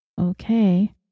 Okay